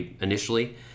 initially